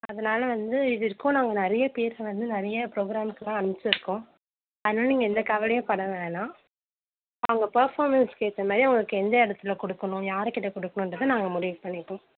அதனால் வந்து இதுவரைக்கும் நாங்கள் நிறையா பேருக்கு வந்து நிறையா ப்ரோக்கிராம்ஸ்லாம் அனுப்பிச்சிருக்கோம் அதனால நீங்கள் எந்த கவலையும் பட வேணாம் அவங்க பர்ஃபாமென்ஸுக்கு ஏற்ற மாரி அவங்களுக்கு எந்த இடத்துல கொடுக்கணும் யாருக்கிட்ட கொடுக்கணுன்றது நாங்கள் முடிவு பண்ணிப்போம்